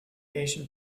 asian